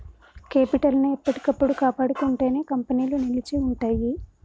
capital ని ఎప్పటికప్పుడు కాపాడుకుంటేనే కంపెనీలు నిలిచి ఉంటయ్యి